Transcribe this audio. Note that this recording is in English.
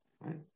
right